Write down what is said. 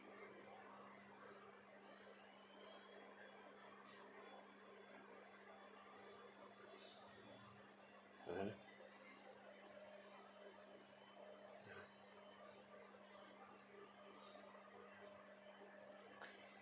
mmhmm